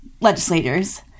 legislators